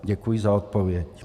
Děkuji na odpověď.